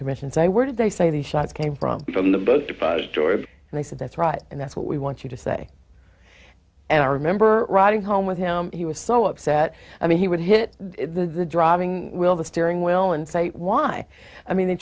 commission say where did they say the shots came from from the best buy stores and i said that's right and that's what we want you to say and i remember riding home with him he was so upset i mean he would hit the driving will the steering wheel and say why i mean they